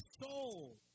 soul